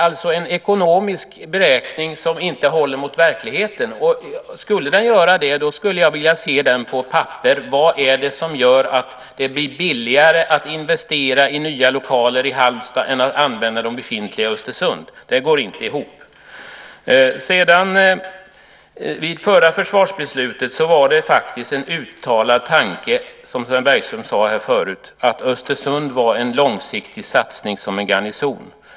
Den ekonomiska beräkningen håller alltså inte i verkligheten. Skulle den göra det, skulle jag vilja se på papper vad det är som gör att det blir billigare att investera i nya lokaler i Halmstad än att använda de befintliga i Östersund. Det där går inte ihop. Vid förra försvarsbeslutet var det en uttalad tanke - som Sven Bergström sade tidigare - att Östersund som garnison var en långsiktig satsning.